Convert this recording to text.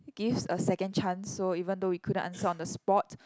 gives a second chance so even though we couldn't answer on the spot